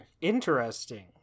Interesting